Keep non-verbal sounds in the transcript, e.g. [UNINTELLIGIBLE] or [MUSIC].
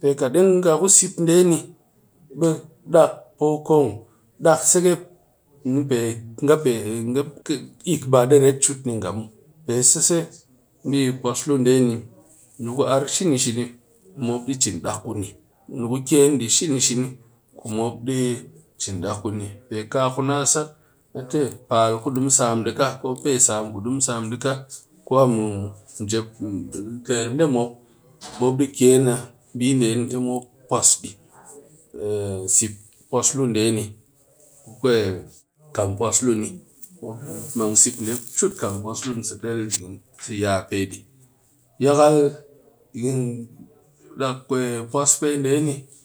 pe kat deng nga ku seep nde ni bɨ dak pokon dak sekep ni pe kik ba di ret cut ni nga muw, pe seise bi pwas luu nde ni, niku arr shini-shini mop di chin dak kuni ni ku ken shini shini ku mop di chin dak kuni kaa ku na sat a te paal ku de mu sam de kaa ko pesam ku de mu sam dɨ ka kwa mun njep but ter nde mop be mop di ken a bi nde ti mop di ku kam pwas luu ni mang seep cut kam pwas luu ni. [UNINTELLIGIBLE]